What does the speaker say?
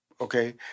okay